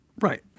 Right